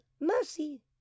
mercy